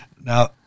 Now